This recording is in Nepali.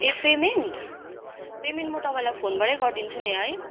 ए पेमेन्ट पेमेन्ट म तपाईँलाई फोनबाटै गरिदिन्छु नि है